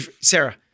Sarah-